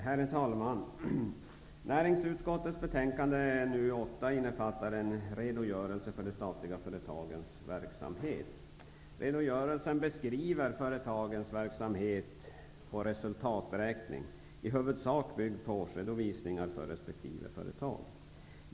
Herr talman! Näringsutskottets betänkande NU8 innefattar en redogörelse för de statliga företagens verksamhet. Redogörelsen beskriver företagens verksamhet och resultaträkning, i huvudsak byggd på årsredovisningar för resp. företag.